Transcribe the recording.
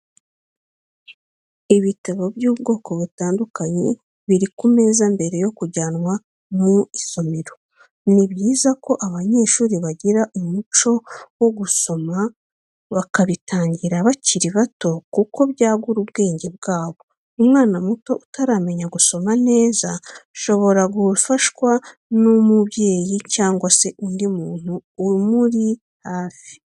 Ibitabo by'ubwoko butandukanye biri ku meza mbere yo kujyanwa mU isomero, ni byiza ko abanyeshuri bagira umuco wo gusoma bakabitangira bakiri bato kuko byagura ubwenge bwabo, umwana muto utaramenya gusoma neza shobora gufashwa n'umubyeyi cyangwa se undi muntu umuri hafi.